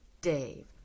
Dave